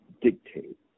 dictate